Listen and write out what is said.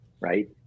right